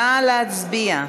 נא להצביע.